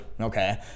Okay